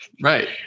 Right